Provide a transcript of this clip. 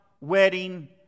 wedding